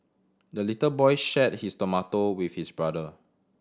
the little boy shared his tomato with his brother